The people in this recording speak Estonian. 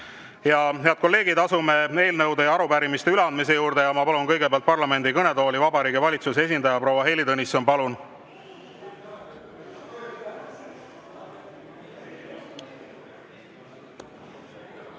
Head kolleegid! Asume eelnõude ja arupärimiste üleandmise juurde. Ma palun kõigepealt parlamendi kõnetooli Vabariigi Valitsuse esindaja. Proua Heili Tõnisson, palun!